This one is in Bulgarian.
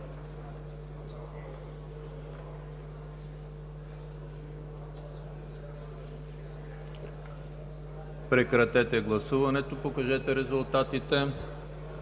Прекратете гласуването и обявете резултата.